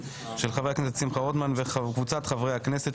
של חבר הכנסת שמחה רוטמן וקבוצת חברי הכנסת,